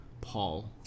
Paul